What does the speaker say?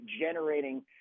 generating